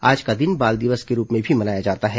आज का दिन बाल दिवस के रूप में भी मनाया जाता है